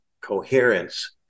coherence